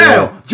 Now